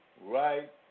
right